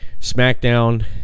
SmackDown